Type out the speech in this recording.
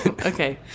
Okay